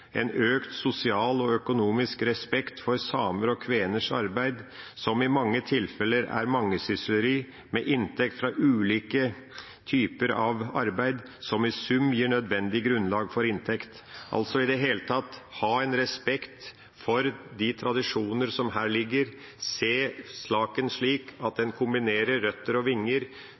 en økt sosial og økonomisk respekt for samers og kveners arbeid, som i mange tilfeller er mangesysleri, med inntekt fra ulike typer arbeid, som i sum gir nødvendig grunnlag for inntekt. I det hele tatt må en ha respekt for de tradisjonene som her foreligger, se saken slik at en kombinerer røtter og vinger,